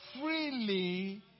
freely